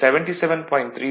033 80 77